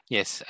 Yes